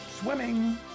swimming